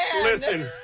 Listen